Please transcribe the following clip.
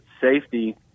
safety